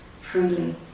freely